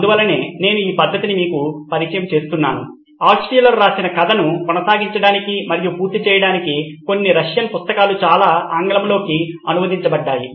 అందువల్లనే నేను ఈ పద్ధతిని మీకు పరిచయం చేస్తున్నాను ఆల్ట్షుల్లర్ రాసిన కథను కొనసాగించడానికి మరియు పూర్తి చేయడానికి కొన్ని రష్యన్ పుస్తకాలు చాలా ఆంగ్లంలోకి అనువదించబడ్డాయి